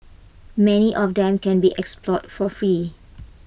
many of them can be explored for free